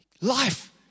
Life